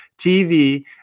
TV